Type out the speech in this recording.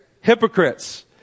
Hypocrites